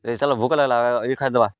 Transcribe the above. ଏଇ ଭୋକ ଲାଗିଲା ଏଇ ଖାଇଦେବା